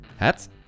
Hats